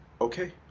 okay